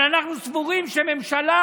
אבל אנחנו סבורים שממשלה,